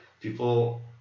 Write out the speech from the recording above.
People